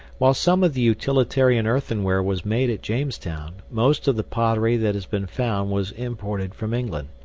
while some of the utilitarian earthenware was made at jamestown, most of the pottery that has been found was imported from england.